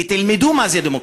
ותלמדו מה זה דמוקרטיה.